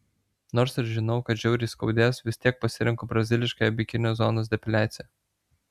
nors ir žinau kad žiauriai skaudės vis tiek pasirenku braziliškąją bikinio zonos depiliaciją